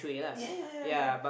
ya ya ya